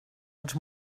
els